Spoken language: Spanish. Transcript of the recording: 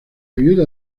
viuda